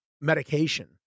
medication